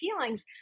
feelings